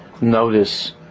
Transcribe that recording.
notice